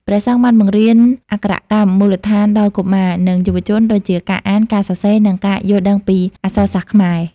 ព្រះសង្ឃបានបង្រៀនអក្ខរកម្មមូលដ្ឋានដល់កុមារ និងយុវជន ដូចជាការអាន ការសរសេរ និងការយល់ដឹងពីអក្សរសាស្ត្រខ្មែរ។